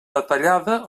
detallada